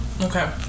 Okay